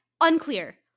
unclear